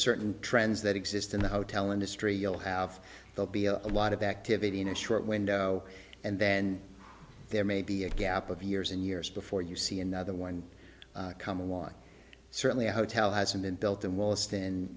certain trends that exist in the hotel industry you'll have they'll be a lot of activity in a short window and then there may be a gap of years and years before you see another one come along certainly a hotel hasn't been built